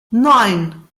neun